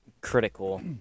critical